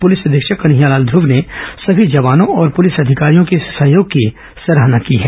police अधीक्षक कन्हैया लाल धुव ने सभी जवानों और पुलिस अधिकारियों के इस सहयोग की सराहना की है